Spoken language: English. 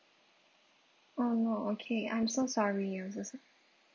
oh no okay I'm so sorry it wasn't so